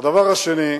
הדבר השני,